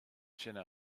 tine